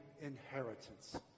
inheritance